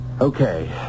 Okay